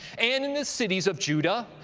and in the cities of judah,